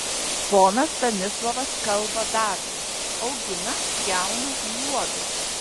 ponas stanislovas kalba darbu augina pjauna liuobia